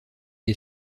est